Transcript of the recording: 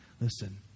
listen